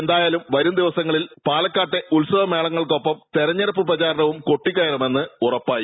എന്തായാലും വരുംദിവസങ്ങളിൽ പാലക്കാട്ടെ ഉത്സവ മേളങ്ങൾക്കൊപ്പം തിരഞ്ഞെടുപ്പ് പ്രചാരണവും കൊടികയറുമെന്ന് ഉറപ്പായി